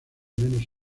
menos